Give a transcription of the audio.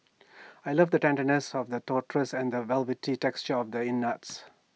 I love the tenderness of the trotters and the velvety texture of the innards